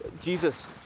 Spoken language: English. Jesus